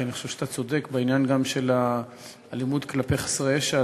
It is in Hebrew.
כי אני חושב שאתה צודק בעניין של האלימות כלפי חסרי ישע,